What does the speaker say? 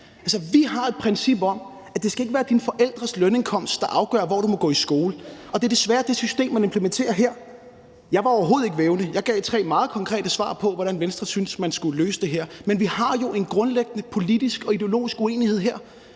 vi har et princip om, at det ikke skal være dine forældres lønindkomst, der afgør, hvor du må gå i skole, og det er desværre det system, man implementerer med det her. Jeg var overhovedet ikke vævende. Jeg gav tre meget konkrete svar på, hvordan Venstre synes man skulle løse det her, men vi har jo en grundlæggende politisk og ideologisk uenighed her.